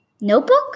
notebook